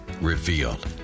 revealed